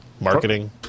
marketing